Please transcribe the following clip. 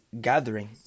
gathering